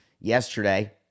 yesterday